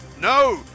no